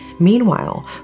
Meanwhile